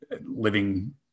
living